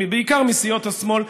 בעיקר מסיעות השמאל,